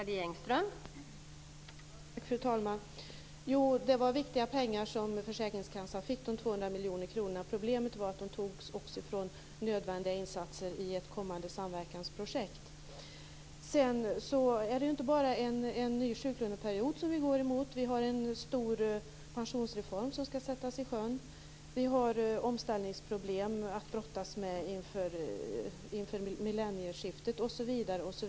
Fru talman! Dessa 200 miljoner kronor var viktiga pengar som försäkringskassan fick. Problemet är att de togs från nödvändiga insatser i ett kommande samverkansprojekt. Det är ju inte bara en ny sjuklöneperiod som vi kan se fram emot. Vi har en stor pensionsreform som skall sättas i sjön. Vi har omställningsproblem att brottas med inför millennieskiftet osv.